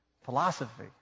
philosophy